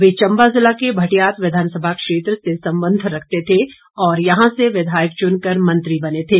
वह चम्बा जिला के भटियात विधानसभा क्षेत्र से संबंध रखते थे और यहां से विधायक चुन कर मंत्री बने थे